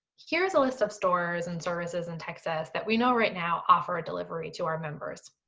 here's a list of stores and services in texas that we know right now offer delivery to our members.